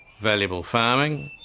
valuable farming,